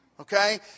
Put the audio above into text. Okay